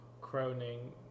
croning